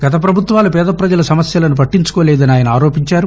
గత ప్రపభుత్వాలు పేద పజల సమస్యలను పట్లించుకోలేదని ఆయన ఆరోపించారు